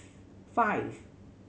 five